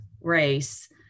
race